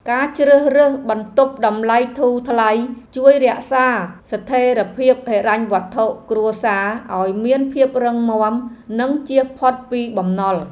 ការជ្រើសរើសបន្ទប់តម្លៃធូរថ្លៃជួយរក្សាស្ថិរភាពហិរញ្ញវត្ថុគ្រួសារឱ្យមានភាពរឹងមាំនិងជៀសផុតពីបំណុល។